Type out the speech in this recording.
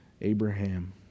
Abraham